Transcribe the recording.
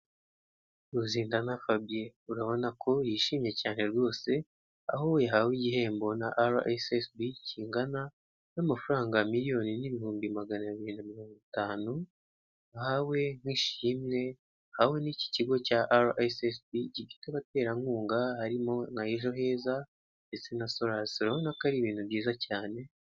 Ruzindana Fabiye urabona ko yishimye cyane rwose aho yahawe igihembo na RSSB, kingana n'amafaranga miliyoni n'ibihumbi maganabiri na mirongo itanu, yahawe nk'ishimwe. Aho iki kigo cya RSSB, gifite abaterankunga harimo nka Ejoheza ndetse na Solasi. Urabona ko ari ibintu byiza cyane.